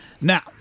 Now